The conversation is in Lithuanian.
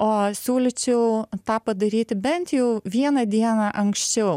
o siūlyčiau tą padaryti bent jau vieną dieną anksčiau